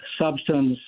substance